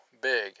big